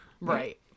right